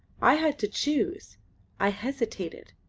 i had to choose i hesitated.